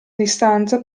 distanza